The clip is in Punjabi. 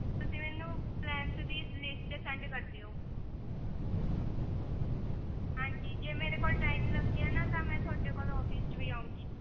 ਤੁਸੀਂ ਮੈਨੂੰ ਪਲੈਨਸ ਦੀ ਲਿਸਟ ਸੈਂਡ ਕਰ ਦਿਓ ਹਾਂਜੀ ਜੇ ਮੇਰੇ ਕੋਲ ਟਾਈਮ ਲੱਗਿਆ ਨਾ ਤਾਂ ਮੈਂ ਤੁਹਾਡੇ ਕੋਲ ਔਫਿਸ 'ਚ ਵੀ ਆਉਂਗੀ